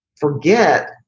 forget